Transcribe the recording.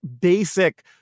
basic